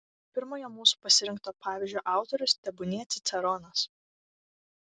pirmojo mūsų pasirinkto pavyzdžio autorius tebūnie ciceronas